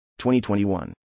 2021